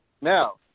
Now